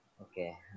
Okay